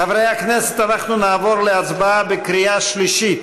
חברי הכנסת, אנחנו נעבור להצבעה בקריאה שלישית.